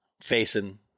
facing